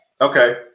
Okay